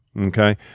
okay